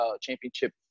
championship